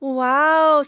Wow